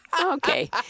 Okay